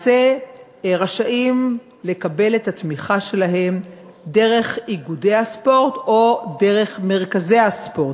רשאים לקבל את התמיכה שלהם דרך איגודי הספורט או דרך מרכזי הספורט,